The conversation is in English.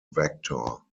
vector